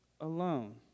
alone